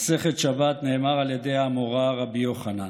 במסכת שבת נאמר על ידי האמורא רבי יוחנן: